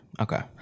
Okay